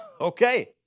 Okay